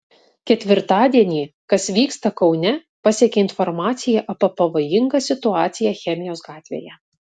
ketvirtadienį kas vyksta kaune pasiekė informacija apie pavojingą situaciją chemijos gatvėje